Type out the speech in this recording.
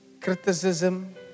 criticism